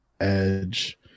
edge